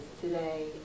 today